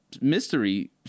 mystery